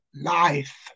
life